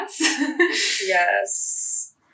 yes